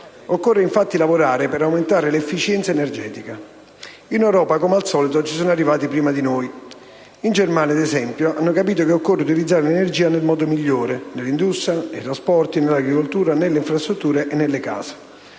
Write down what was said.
Occorre infatti lavorare per aumentare l'efficienza energetica. In Europa, come al solito, ci sono arrivati prima di noi. In Germania, ad esempio, hanno capito che occorre utilizzare l'energia nel modo migliore, nell'industria, nei trasporti, nell'agricoltura, nelle infrastrutture e nelle case.